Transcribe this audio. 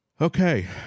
Okay